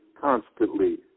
constantly